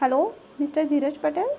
hello mister Dheeraj Patel